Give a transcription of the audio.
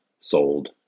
sold